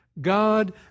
God